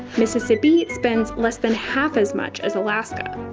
mississippi spends less than half as much as alaska.